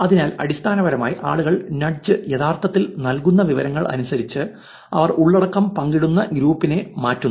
അതിനാൽ അടിസ്ഥാനപരമായി ആളുകൾ നഡ്ജ് യഥാർത്ഥത്തിൽ നൽകുന്ന വിവരങ്ങൾ അനുസരിച്ച് അവർ ഉള്ളടക്കം പങ്കിടുന്ന ഗ്രൂപ്പിനെ മാറ്റുന്നു